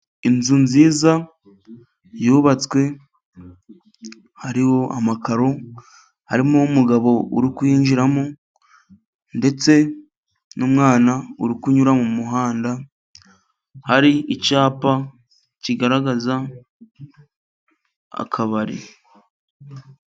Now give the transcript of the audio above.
Inzu nziza yubatswe hariho amakaro, harimo umugabo uri kwinjiramo, ndetse n'umwana uri kunyura mu muhanda, hari icyapa kigaragaza akabari.